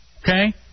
Okay